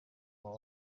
abo